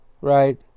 right